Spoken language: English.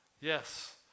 Yes